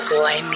Boy